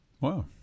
Wow